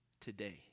today